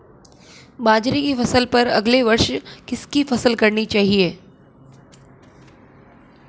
बाजरे की फसल पर अगले वर्ष किसकी फसल करनी चाहिए?